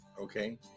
okay